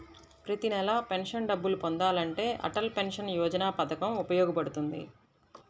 ప్రతి నెలా పెన్షన్ డబ్బులు పొందాలంటే అటల్ పెన్షన్ యోజన పథకం ఉపయోగపడుతుంది